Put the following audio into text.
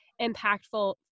impactful